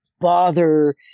bother